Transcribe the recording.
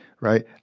right